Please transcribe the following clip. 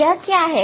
यह क्या है